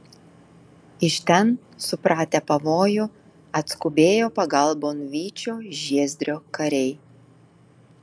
iš ten supratę pavojų atskubėjo pagalbon vyčio žiezdrio kariai